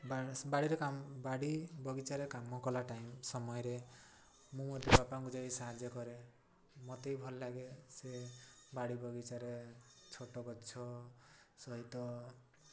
ବାଡ଼ି ବଗିଚାରେ କାମ କଲା ଟାଇମ୍ ସମୟରେ ମୁଁ ଅଧିକ ବାପାଙ୍କୁ ଯାଇ ସାହାଯ୍ୟ କରେ ମତେ ଭଲ ଲାଗେ ସେ ବାଡ଼ି ବଗିଚାରେ ଛୋଟ ଗଛ ସହିତ